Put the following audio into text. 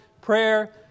prayer